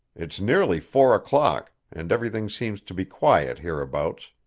it's nearly four o'clock, and everything seems to be quiet hereabouts.